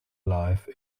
life